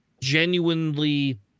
genuinely